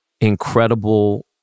incredible